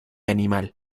animal